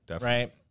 right